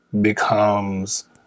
becomes